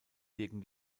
wirken